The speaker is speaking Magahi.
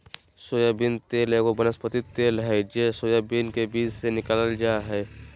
सोयाबीन तेल एगो वनस्पति तेल हइ जे सोयाबीन के बीज से निकालल जा हइ